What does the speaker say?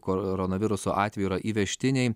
koronaviruso atvejų yra įvežtiniai